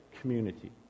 community